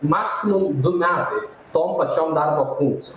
maksimum du metai tom pačiom darbo funkcijom